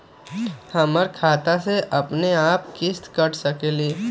हमर खाता से अपनेआप किस्त काट सकेली?